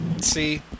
See